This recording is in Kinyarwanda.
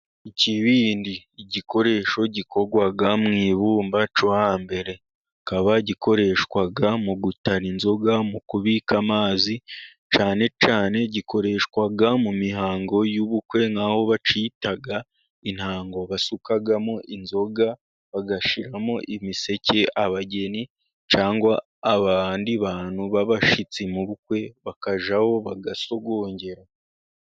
Ikibindi igikoresho gikorwa mu ibumba, cyo hambere kikaba gikoreshwa mu gutara inzoga, mu kubika amazi, cyane cyane gikoreshwa mu mihango y'ubukwe, nkaho bacyita intango, basukamo inzoga bagashiramo imiseke, abageni cyangwa abandi bantu b'abashitsi, mu bukwe bakajyaho bagasogongera.